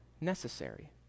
necessary